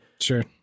Sure